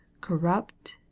corrupt